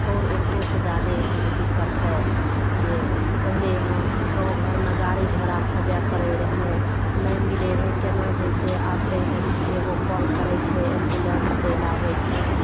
आओर एकरोसँ जादे यहाँ जे कि करतय जे पहिले यहाँ गाँव घरमे गाड़ी घोड़ा खोजय पड़य रहय नहि मिलय रहय केना जेतय आब तऽ यहाँ जे कि एगो कॉल करय छै एम्बुलेन्स चलि आबय छै